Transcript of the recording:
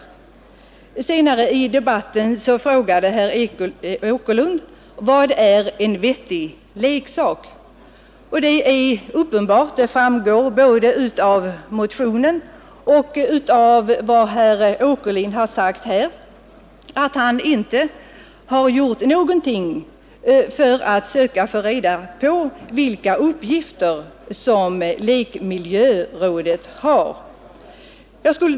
Vidare ställde herr Åkerlind i fjol frågan: Vad är en vettig leksak? Det är alldeles uppenbart — det framgår både av motionen och av vad herr Åkerlind här anförde — att herr Åkerlind under det gångna året inte har gjort något för att söka få reda på vilka uppgifter lekmiljörådet har.